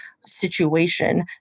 situation